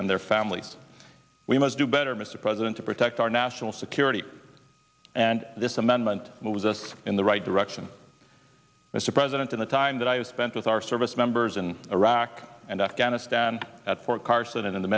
and their families we must do better mr president to protect our national security and this amendment moves us in the right direction mr president in the time that i have spent with our service members in iraq and afghanistan at fort carson and in the